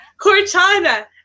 Cortana